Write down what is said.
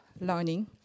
learning